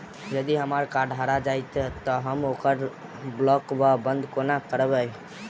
यदि हम्मर कार्ड हरा जाइत तऽ हम ओकरा ब्लॉक वा बंद कोना करेबै?